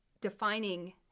defining